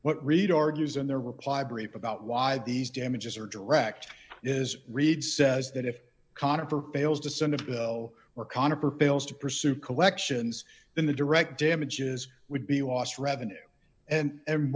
what reader argues in their reply brief about why these damages are direct is reid says that if conover fails to send a bill or conifer fails to pursue collections then the direct damages would be lost revenue and